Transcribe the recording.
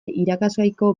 irakasgaiko